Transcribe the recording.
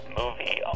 movie